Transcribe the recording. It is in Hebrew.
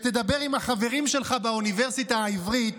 תדבר עם החברים שלך באוניברסיטה העברית